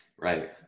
Right